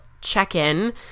check-in